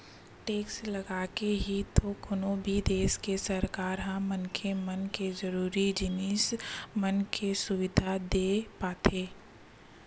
tax लगाके ही तो कोनो भी देस के सरकार ह मनखे मन के जरुरी जिनिस मन के सुबिधा देय पाथे